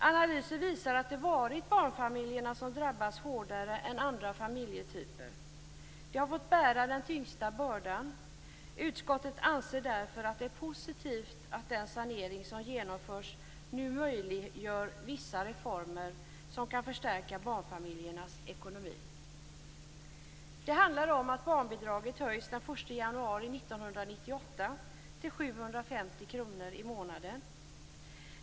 Analyser visar att det har varit barnfamiljerna som drabbats hårdare än andra familjetyper. De har fått bära den tyngsta bördan. Utskottet anser därför att det är positivt att den sanering som genomförts nu möjliggör vissa reformer som kan förstärka barnfamiljernas ekonomi. Det handlar om att barnbidraget höjs den 1 januari 1998 till 750 kr i månaden.